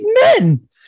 men